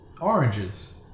oranges